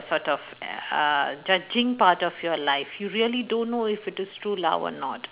sort of uh judging part of your life you really don't know if it is true love or not